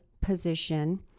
position